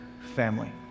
family